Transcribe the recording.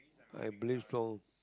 I blame strong